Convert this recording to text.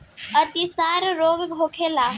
अतिसार रोग का होखे?